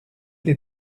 les